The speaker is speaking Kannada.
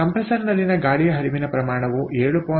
ಆದ್ದರಿಂದ ಕಂಪ್ರೆಸರ್ನಲ್ಲಿನ ಗಾಳಿಯ ಹರಿವಿನ ಪ್ರಮಾಣವು 7